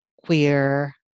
queer